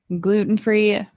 gluten-free